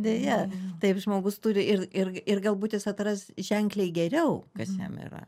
deja taip žmogus turi ir ir ir galbūt jis atras ženkliai geriau kas jam yra